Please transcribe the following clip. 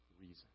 reason